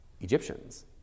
Egyptians